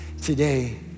today